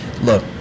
look